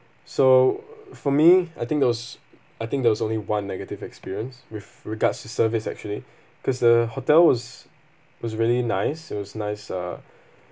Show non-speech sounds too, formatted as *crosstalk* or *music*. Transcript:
so *noise* for me I think there was I think there was only one negative experience with regards to service actually cause the hotel was was really nice it was nice uh